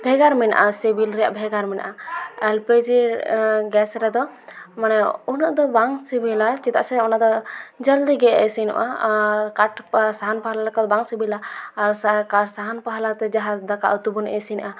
ᱵᱷᱮᱜᱟᱨ ᱢᱮᱱᱟᱜᱼᱟ ᱥᱤᱵᱤᱞ ᱮᱭᱟᱜ ᱵᱷᱮᱜᱟᱨ ᱢᱮᱱᱟᱜᱼᱟ ᱮᱞ ᱯᱤ ᱡᱤ ᱜᱮᱥ ᱨᱮᱫᱚ ᱢᱟᱱᱮ ᱩᱱᱟᱹᱜ ᱫᱚ ᱵᱟᱝ ᱥᱤᱵᱤᱞᱟ ᱪᱮᱫᱟᱜ ᱥᱮ ᱚᱱᱟ ᱫᱚ ᱡᱚᱞᱫᱤᱜᱮ ᱤᱥᱤᱱᱚᱜᱼᱟ ᱟᱨ ᱠᱟᱴ ᱯᱟ ᱥᱟᱦᱟᱱ ᱯᱟᱞᱟ ᱞᱮᱠᱟ ᱫᱚ ᱵᱟᱝ ᱥᱤᱵᱤᱞᱟ ᱟᱨ ᱥᱟᱦᱟ ᱠᱟᱴ ᱥᱟᱦᱟᱱ ᱯᱟᱞᱟ ᱛᱮ ᱡᱟᱦᱟᱫᱟᱠᱟ ᱩᱛᱩᱵᱚᱱ ᱤᱥᱤᱱᱟ